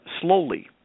slowly